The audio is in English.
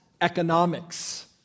economics